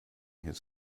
his